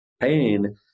pain